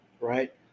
right